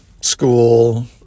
school